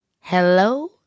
Hello